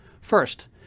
First